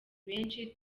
benshi